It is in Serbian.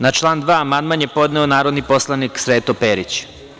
Na član 2. amandman je podneo narodni poslanik Sreto Perić.